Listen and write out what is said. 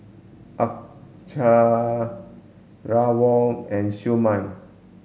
Acar Rawon and Siew Mai